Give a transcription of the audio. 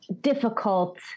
difficult